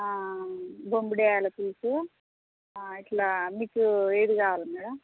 బొంబిడాయాల పులుసు ఇలా మీకు ఏది కావాలి మేడం